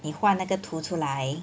你画那个图出来